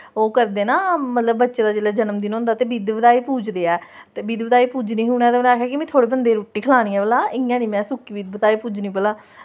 ओह् करदे ना मतलब बच्चें दा जेल्लै जन्मदिन होंदा ते बिद्ध बधाई पूजदे ऐ ते बिद्ध बधाई पूजनी ही उ'नें ते उ'नें बी आखना में थोह्ड़ें बंदें गी रुट्टी खलानी ऐ भला इ'यां नी में सुक्की बिद्ध बधाई पूजनी भला